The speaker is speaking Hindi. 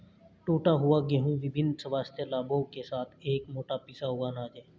टूटा हुआ गेहूं विभिन्न स्वास्थ्य लाभों के साथ एक मोटा पिसा हुआ अनाज है